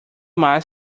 más